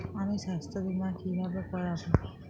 আমি স্বাস্থ্য বিমা কিভাবে করাব?